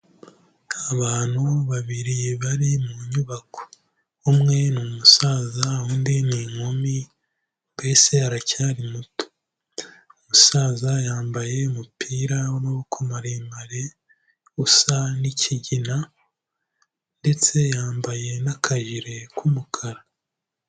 Abantu babiri bari mu nyubako. Umwe ni umusaza, undi ni inkumi mbese aracyari muto. Umusaza yambaye umupira w'amaboko maremare, usa n'ikigina ndetse yambaye n'akajire k'umukara.